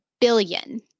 billion